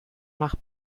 nach